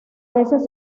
veces